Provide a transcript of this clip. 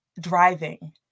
driving